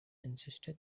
insisted